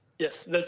Yes